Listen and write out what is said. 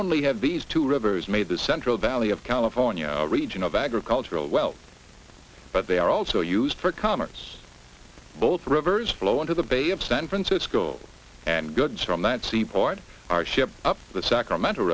only have these two rivers made the central valley of california region of agricultural well but they are also used for commerce both rivers flow into the bay of scent francisco and goods from that seaport are shipped up the sacramento